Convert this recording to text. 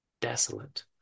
desolate